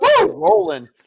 Rolling